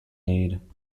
need